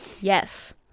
Yes